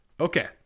Okay